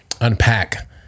unpack